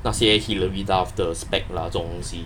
那些 hilary duff 的 spec ah 这种东西